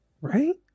right